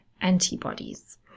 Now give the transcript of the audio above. antibodies